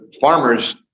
farmers